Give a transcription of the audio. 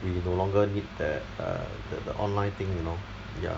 you no longer need that err that the online thing you know ya